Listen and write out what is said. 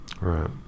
Right